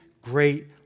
great